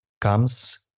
comes